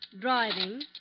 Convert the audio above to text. Driving